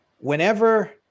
whenever